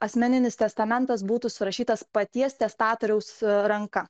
asmeninis testamentas būtų surašytas paties testatoriaus ranka